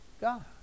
God